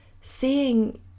seeing